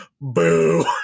Boo